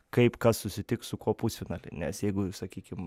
kaip kas susitiks su kuo pusfinaly nes jeigu sakykim